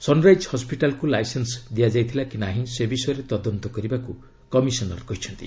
sunrise ହସ୍ୱିଟାଲ୍କୁ licence ଦିଆଯାଇଥିଲା କି ନାହିଁ ସେ ବିଷୟରେ ତଦନ୍ତ କରିବାକୁ କମିଶନର୍ କହିଛନ୍ତି